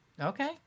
Okay